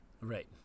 Right